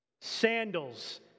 Sandals